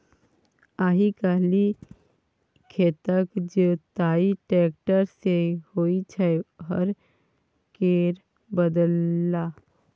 आइ काल्हि खेतक जोताई टेक्टर सँ होइ छै हर केर बदला